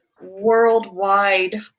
worldwide